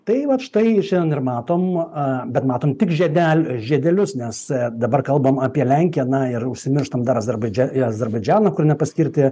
tai vat štai šiandien ir matom bet matom tik žiedel žiedelius nes dabar kalbam apie lenkiją na ir užsimirštam dar azerbaidžia į azerbaidžianą kur nepaskirti